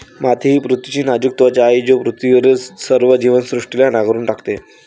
माती ही पृथ्वीची नाजूक त्वचा आहे जी पृथ्वीवरील सर्व जीवसृष्टीला नांगरून टाकते